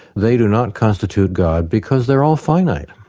they do not constitute god because they're all finite.